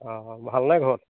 অঁ ভালনে ঘৰত